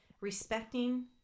respecting